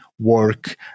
work